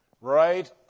right